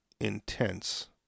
intense